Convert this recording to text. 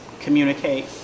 communicate